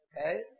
Okay